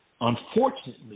Unfortunately